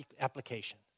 application